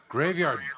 Graveyard